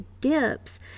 dips